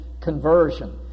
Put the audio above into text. conversion